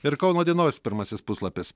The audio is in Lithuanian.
ir kauno dienos pirmasis puslapis